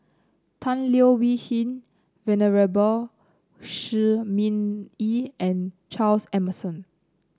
Tan Leo Wee Hin Venerable Shi Ming Yi and Charles Emmerson